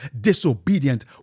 disobedient